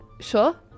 Sure